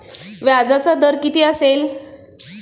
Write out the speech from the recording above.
व्याजाचा दर किती असेल?